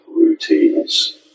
routines